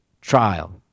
trial